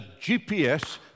GPS